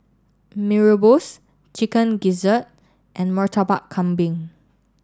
Mee Rebus Chicken Gizzard and Murtabak Kambing